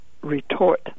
retort